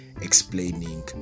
explaining